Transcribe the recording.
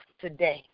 today